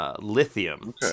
Lithium